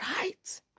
Right